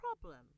problem